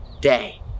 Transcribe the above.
day